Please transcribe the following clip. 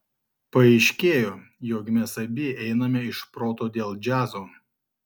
paaiškėjo jog mes abi einame iš proto dėl džiazo